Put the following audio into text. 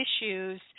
issues